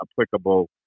applicable